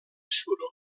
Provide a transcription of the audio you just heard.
suro